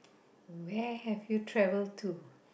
where have you travel to